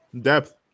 Depth